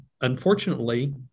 unfortunately